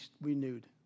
renewed